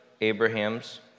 Abraham's